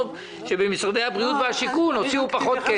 שבמשרדי הבריאות והשיכון הוציאו פחות כסף.